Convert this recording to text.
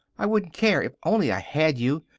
i wouldn't care if only i had you.